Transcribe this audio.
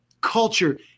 culture